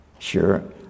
sure